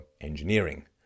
engineering